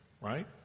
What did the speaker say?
right